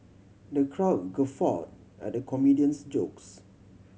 the crowd guffawed at the comedian's jokes